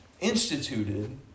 instituted